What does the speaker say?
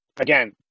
Again